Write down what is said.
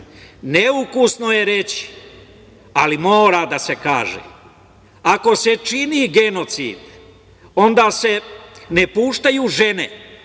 neukusno je reći, ali mora da se kaže, ako se čini genocid onda se ne puštaju žene,